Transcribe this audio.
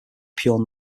pure